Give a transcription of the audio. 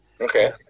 Okay